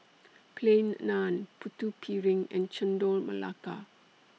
Plain Naan Putu Piring and Chendol Melaka